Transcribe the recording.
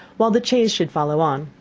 while the chaise should follow on.